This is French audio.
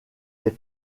les